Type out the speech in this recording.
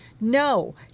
No